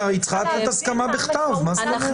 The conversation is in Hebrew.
היא צריכה לתת הסכמה בכתב, מה זאת אומרת.